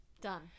done